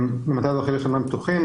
אני מהמטה האזרחי לשמיים פתוחים.